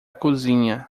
cozinha